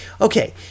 Okay